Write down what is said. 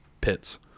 pits